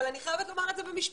אבל אני חייבת לומר את זה במשפט,